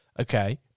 Okay